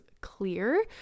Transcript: Clear